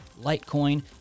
Litecoin